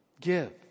give